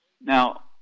Now